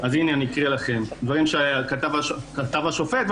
אקרא לכם דברים שכתב השופט,